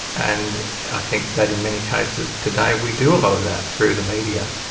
and i think that in many cases today we do a lot of that through the media,